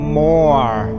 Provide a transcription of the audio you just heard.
more